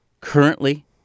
currently